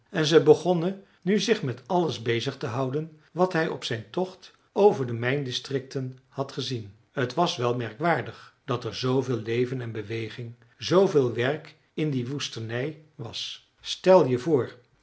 en ze begonnen nu zich met alles bezig te houden wat hij op zijn tocht over de mijndistricten had gezien t was wel merkwaardig dat er zooveel leven en beweging zooveel werk in die woestenij was stel je voor